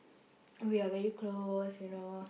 we are very close you know